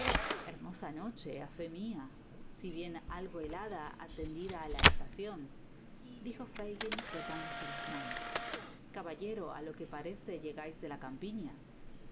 hermosa noche á fé mia si bien algo helada atendida la estacion dijo fagin frotándose las manos caballero á lo que parece llegais de la campiña